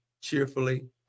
cheerfully